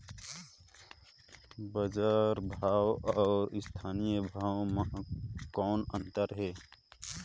बजार भाव अउ स्थानीय भाव म कौन अन्तर हे?